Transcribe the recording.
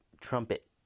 trumpet